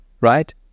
right